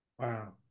Wow